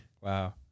wow